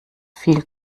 viel